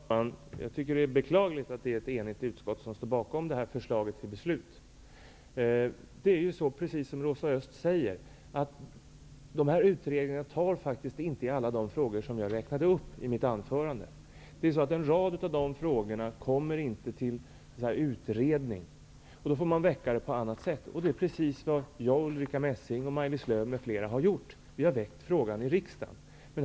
Herr talman! Jag tycker att det är beklagligt att det är ett enigt utskott som står bakom förslaget till beslut. Precis som Rosa Östh säger tar inte denna utredning upp alla de frågor jag räknade upp i mitt anförande. En rad av de frågorna kommer inte till utredning. Då får man dock väcka dem på annat sätt. Det är precis vad jag, Ulrica Messing, Maj-Lis Lööw och andra har gjort. Vi har väckt frågan i riksdagen.